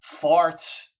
farts